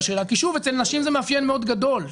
שלה כי אצל שנים זה מאפיין מאוד גדול,